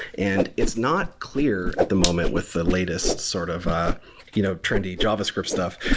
and it's not clear at the moment with the latest sort of a you know trinity javascript stuff.